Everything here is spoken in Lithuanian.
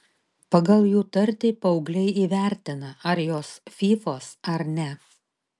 pagal jų tartį paaugliai įvertina ar jos fyfos ar ne